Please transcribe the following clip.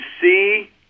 see